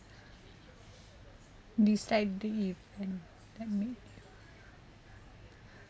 decide if you can let me